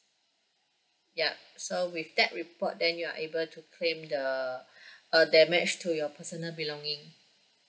ya so with that report then you're able to claim the uh damage to your personal belonging